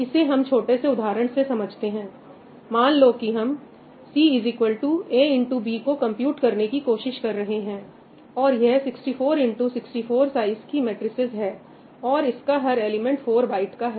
इसे हम छोटे से उदाहरण से समझते हैंमान लो कि हम CA X B को कंप्यूट करने की कोशिश कर रहे हैं और यह 64 X 64 साइज की मैट्रिसेज हैऔर इसका हर एलिमेंट 4 बाइट का है